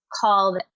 called